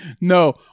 No